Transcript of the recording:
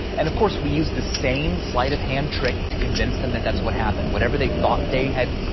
and of course, we use the same sleight of hand trick to convince them that that's what happened, whatever they thought they had.